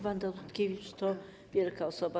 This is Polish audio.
Wanda Rutkiewicz to wielka osoba.